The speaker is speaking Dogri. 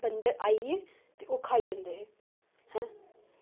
ते बंदर आइयै ते ओह् खाई जंदे हे